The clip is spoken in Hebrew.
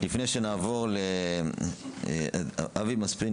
אבי מספין,